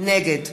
נגד